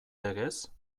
legez